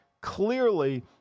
Clearly